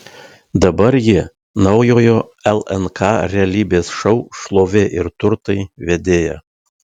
dabar ji naujojo lnk realybės šou šlovė ir turtai vedėja